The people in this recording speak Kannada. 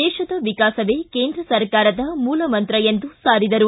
ದೇಶದ ವಿಕಾಸವೇ ಕೇಂದ್ರ ಸರ್ಕಾರದ ಮೂಲಮಂತ್ರ ಎಂದು ಸಾರಿದರು